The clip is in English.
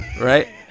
right